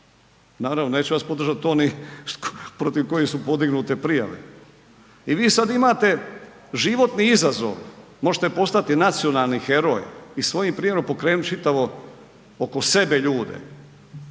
Naravno, neće vas podržati oni protiv kojih su podignute prijave, i vi sad imate životni izazov, možete postati nacionalni heroj i svojim primjerom pokrenut čitavo oko sebe ljude,